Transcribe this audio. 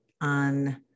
on